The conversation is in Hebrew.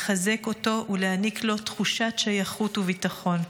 לחזק אותו ולהעניק לו תחושת שייכות וביטחון.